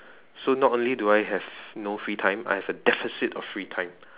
so not only do I have no free time I have a deficit of free time